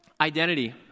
identity